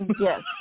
Yes